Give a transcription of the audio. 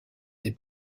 des